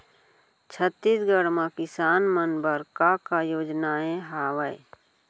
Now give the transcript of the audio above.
छत्तीसगढ़ म किसान मन बर का का योजनाएं हवय?